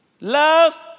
Love